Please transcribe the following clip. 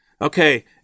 Okay